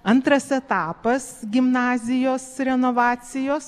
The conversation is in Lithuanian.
antras etapas gimnazijos renovacijos